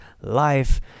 life